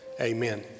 amen